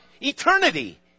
eternity